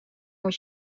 moet